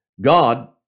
God